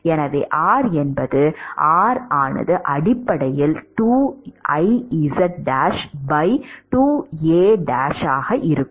எனவே r என்பது r ஆனது அடிப்படையில் 2Iz1 2A 1 ஆக இருக்கும்